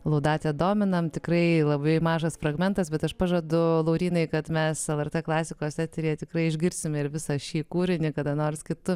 laudate dominam tikrai labai mažas fragmentas bet aš pažadu laurynui kad mes lrt klasikos eteryje tikrai išgirsime ir visą šį kūrinį kada nors kitu